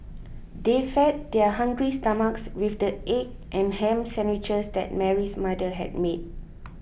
they fed their hungry stomachs with the egg and ham sandwiches that Mary's mother had made